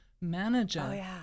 manager